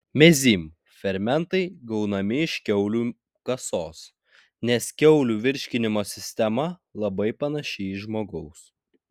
mezym fermentai gaunami iš kiaulių kasos nes kiaulių virškinimo sistema labai panaši į žmogaus